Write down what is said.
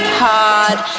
hard